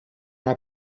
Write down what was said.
una